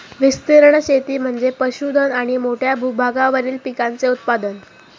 विस्तीर्ण शेती म्हणजे पशुधन आणि मोठ्या भूभागावरील पिकांचे उत्पादन